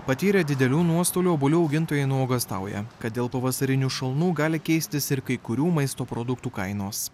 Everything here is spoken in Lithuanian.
patyrė didelių nuostolių obuolių augintojai nuogąstauja kad dėl pavasarinių šalnų gali keistis ir kai kurių maisto produktų kainos